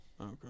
Okay